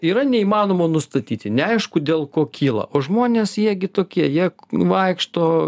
yra neįmanoma nustatyti neaišku dėl ko kyla o žmonės jie gi tokie jie vaikšto